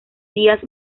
días